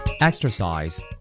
Exercise